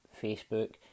Facebook